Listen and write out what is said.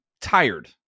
tired